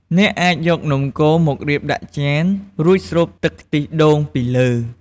អ្នកអាចយកនំកូរមករៀបដាក់ចាន រួចស្រូបទឹកខ្ទិះដូងពីលើ។